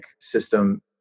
system